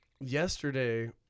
yesterday